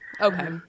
Okay